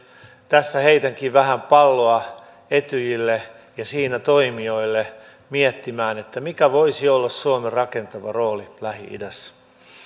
tässä heitänkin vähän palloa etyjille ja siinä toimijoille miettimään mikä voisi olla suomen rakentava rooli lähi idässä